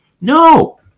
No